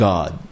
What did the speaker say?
God